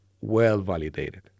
well-validated